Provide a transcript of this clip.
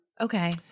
Okay